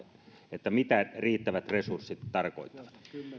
mitä riittävät resurssit tarkoittavat